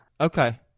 Okay